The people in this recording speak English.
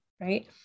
right